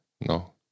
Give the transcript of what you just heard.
No